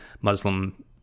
Muslim